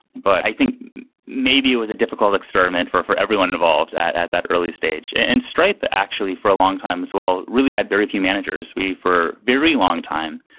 but i think maybe it was a difficult experiment for for everyone involved at that early stage. and and stripe but actually for a long time as well really had very few managers. we, for very long time,